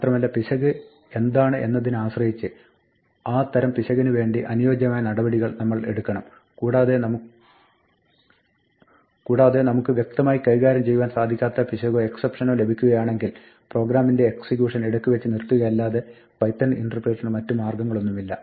മാത്രമല്ല പിശക് എന്താണ് എന്നതിനെ ആശ്രയിച്ച് ആ തരം പിശകിന് വേണ്ടി അനുയോജ്യമായ നടപടി നമ്മൾ എടുക്കണം കൂടാതെ നമുക്ക് വ്യക്തമായി കൈകാര്യം ചെയ്യുവാൻ സാധിക്കാത്ത പിശകോ എക്സപ്ഷനോ ലഭിക്കുകയാണെങ്കിൽ പ്രോഗ്രാമിന്റെ എക്സിക്യൂഷൻ ഇടയ്ക്ക് വെച്ച് നിർത്തുകയല്ലാതെ പൈത്തൺ ഇന്റർപ്രിറ്ററിന് മറ്റ് മാർഗ്ഗങ്ങളൊന്നുമില്ല